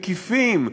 מקיפים,